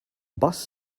bus